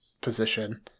position